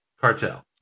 Cartel